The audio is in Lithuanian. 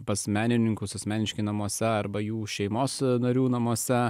pas menininkus asmeniški namuose arba jų šeimos narių namuose